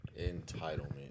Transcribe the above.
Entitlement